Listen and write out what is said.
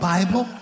Bible